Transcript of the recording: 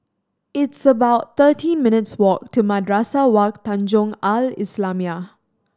it's about thirteen minutes' walk to Madrasah Wak Tanjong Al Islamiah